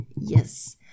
Yes